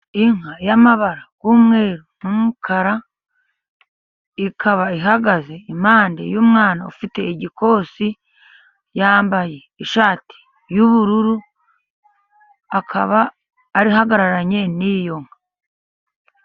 Inka y'amabara y'umweru n'umukara, ikaba ihagaze impande y'umwana ufite igikosi, yambaye ishati y'ubururu, akaba ahagararanye n'iyo nka.